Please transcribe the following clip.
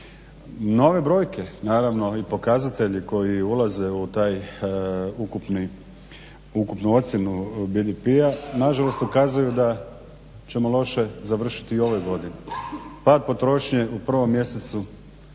ove brojke, naravno i pokazatelji koji ulaze u taj ukupni, ukupnu ocjenu BDP-a nažalost ukazuju da ćemo loše završiti i u ovoj godini. Pad potrošnje u 1. mjesecu